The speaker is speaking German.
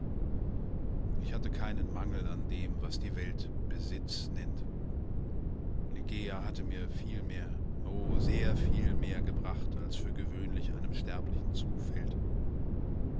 ich hatte keinen mangel an dem was die welt besitz nennt ligeia hatte mir viel mehr o sehr viel mehr gebracht als für gewöhnlich einem sterblichen zufällt